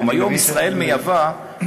היום ישראל מייבאת,